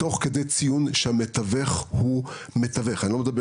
תוך כדי ציון שהנכס הוא מתיווך ואני לא מדבר